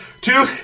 two